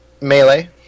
Melee